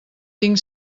tinc